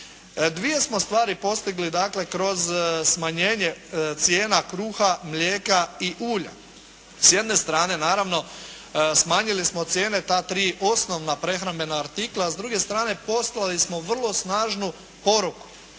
Dvije smo stvari postigli dakle kroz smanjenje cijena kruha, mlijeka i ulja. S jedne strane naravno smanjili smo cijene ta tri osnovna prehrambena artikla a s druge strane poslali smo vrlo snažnu poruku,